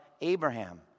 Abraham